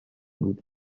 بود